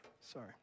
sorry